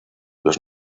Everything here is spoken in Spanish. los